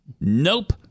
Nope